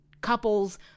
couples